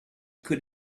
could